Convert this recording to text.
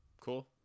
Cool